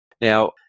Now